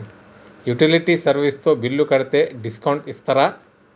Utility service తో bill కడితే discount ఇస్తరా?